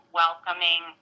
welcoming